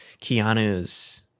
Keanu's